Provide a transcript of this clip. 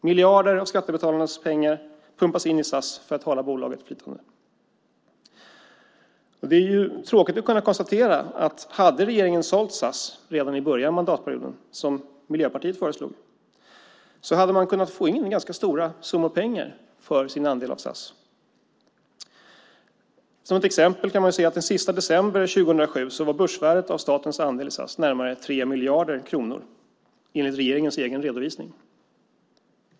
Miljarder av skattebetalarnas pengar pumpas in i SAS för att hålla bolaget flytande. Det är tråkigt att kunna konstatera att hade regeringen sålt SAS redan i början av mandatperioden, som Miljöpartiet föreslog, hade man kunnat få in en ganska stor summa pengar för sin andel av SAS. Som ett exempel kan man se att den 31 december 2007 var börsvärdet av statens andel i SAS närmare 3 miljarder kronor enligt regeringens egen redovisning.